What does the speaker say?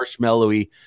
Marshmallowy